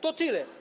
To tyle.